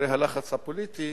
אחרי הלחץ הפוליטי